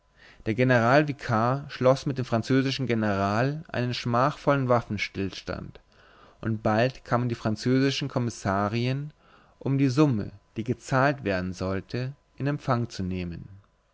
der general vikar schloß mit dem französischen general einen schmachvollen waffenstillstand und bald kamen die französischen kommissarien um die summe die gezahlt werden sollte in empfang zu nehmen